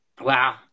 Wow